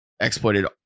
exploited